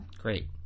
great